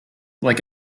like